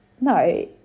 No